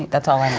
that's all i know.